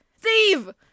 Steve